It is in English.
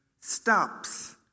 stops